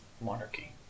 monarchy